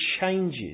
changes